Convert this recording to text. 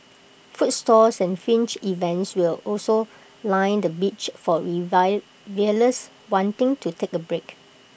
food stalls and fringe events will also line the beach for revellers wanting to take A break